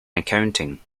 accounting